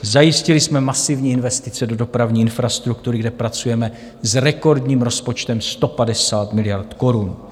Zajistili jsme masivní investice do dopravní infrastruktury, kde pracujeme s rekordním rozpočtem 150 miliard korun.